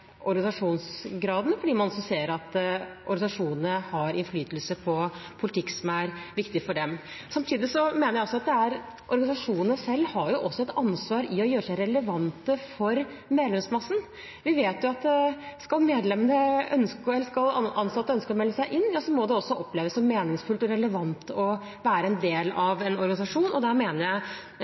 organisasjonsgraden, fordi man også ser at organisasjonene har innflytelse på politikk som er viktig for dem. Samtidig mener jeg også at organisasjonene selv har et ansvar for å gjøre seg relevante for medlemsmassen. Vi vet at skal ansatte ønske å melde seg inn, må det oppleves som meningsfullt og relevant å være en del av en organisasjon. Der mener jeg